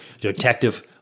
detective—